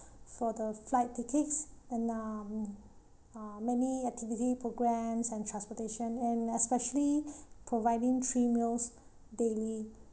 for the flight tickets and um uh many activity programme and transportation and especially providing three meals daily